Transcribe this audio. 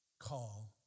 Call